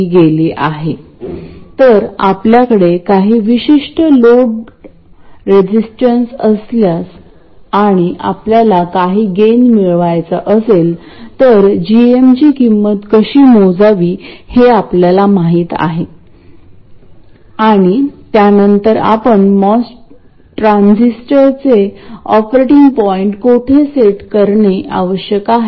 कारण या बाबतीत VDS हा VGS इतकाच असतो आणि तो VGS VT पेक्षा निश्चितपणे अधिक असेल जोपर्यंत थ्रेशोल्ड व्होल्टेज सकारात्मक आहे